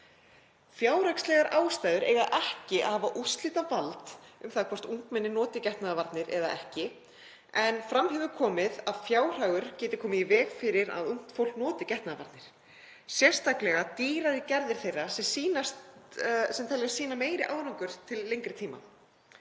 Fjárhagslegar ástæður eiga ekki að hafa úrslitavald um það hvort ungmenni noti getnaðarvarnir eða ekki, en fram hefur komið að fjárhagur geti komið í veg fyrir að ungt fólk noti getnaðarvarnir, sérstaklega dýrari gerðir þeirra sem teljast sýna meiri árangur til lengri tíma.